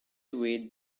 evade